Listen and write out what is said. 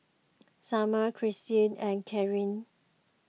Sumner Cristy and Karrie